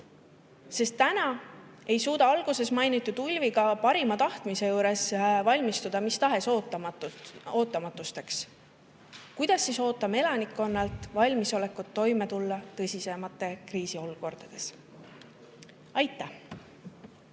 Täna ei suuda alguses mainitud Ulvi ka parima tahtmise juures valmistuda mis tahes ootamatusteks. Kuidas siis ootame elanikkonnalt valmisolekut tulla toime tõsisemates kriisiolukordades? Aitäh!